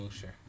sure